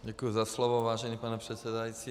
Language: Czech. Děkuji za slovo, vážený pane předsedající.